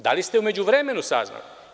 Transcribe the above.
Da li ste u međuvremenu saznali?